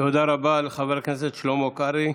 תודה רבה לחבר הכנסת שלמה קרעי.